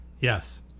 Yes